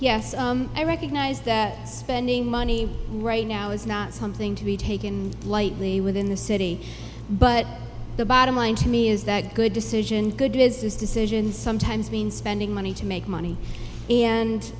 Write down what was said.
yes i recognize that spending money right now is not something to be taken lightly within the city but the bottom line to me is that good decision good business decisions sometimes mean spending money to make money and